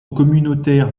communautaire